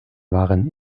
waren